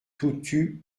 toutut